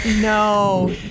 No